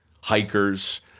hikers